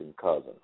cousins